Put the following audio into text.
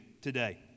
today